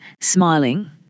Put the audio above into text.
smiling